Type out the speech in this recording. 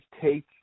take